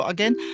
Again